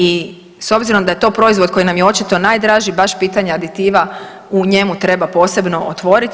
I s obzirom da je to proizvod koji nam je očito najdraži baš pitanje aditiva u njemu treba posebno otvoriti.